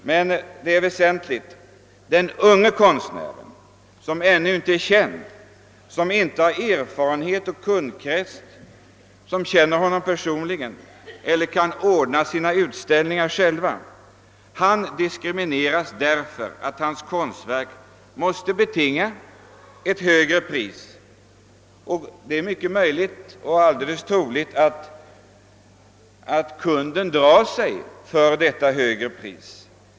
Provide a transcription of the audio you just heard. Men — och detta är väsentligt — den unge konstnären, som ännu icke blivit känd och som saknar erfarenhet och en kundkrets som känner honom personligen — eller konstnären som inte kan ordna sina utställningar själv — diskrimineras därför att hans konstverk måste betinga ett högre pris. Det är mycket möjligt och även synnerligen troligt, att kunden drar sig för att betala detta högre pris.